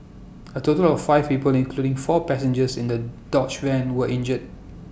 A total of five people including four passengers in the dodge van were injured